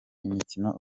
imikino